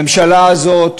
הממשלה הזאת